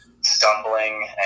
stumbling